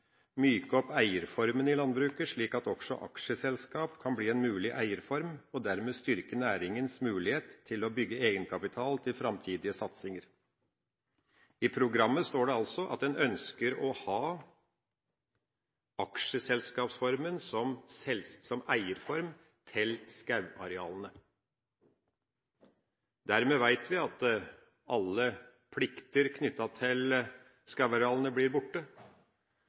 «myke opp eierformene i landbruket slik at også aksjeselskap kan bli en mulig eierform, og dermed styrke næringens mulighet til å bygge egenkapital til fremtidige satsinger.» I programmet står det altså at man ønsker å ha aksjeselskapsformen som eierform til skogarealene. Dermed vet vi at alle plikter knyttet til skogarealene blir borte,